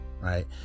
right